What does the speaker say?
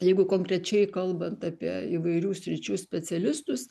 jeigu konkrečiai kalbant apie įvairių sričių specialistus